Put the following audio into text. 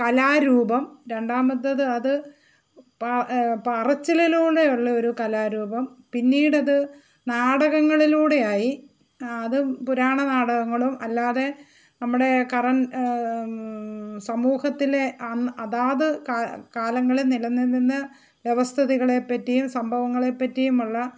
കലാരൂപം രണ്ടാമത്തേത് അത് പറച്ചിലിലൂടെ ഉള്ള ഒരു കലാരൂപം പിന്നീട് അത് നാടകങ്ങളിലൂടെ ആയി അത് പുരാണ നാടകങ്ങളും അല്ലാതെ നമ്മുടെ സമൂഹത്തിലെ അന്ന് അതാത് കാലങ്ങളിൽ നിലനിന്ന വ്യവസ്ഥിതികളെ പറ്റിയും സംഭവങ്ങളെയും പറ്റിയുമുള്ള